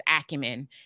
acumen